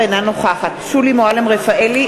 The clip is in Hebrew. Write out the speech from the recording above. אינה נוכחת שולי מועלם-רפאלי,